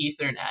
Ethernet